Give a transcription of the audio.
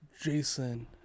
jason